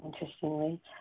interestingly